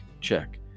check